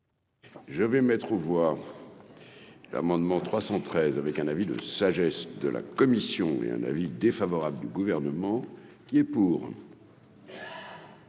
Je vais mettre aux voix l'amendement 313 avec un avis de sagesse de la commission et un avis défavorable du gouvernement qui est pour.